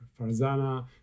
Farzana